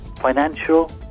financial